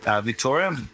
Victoria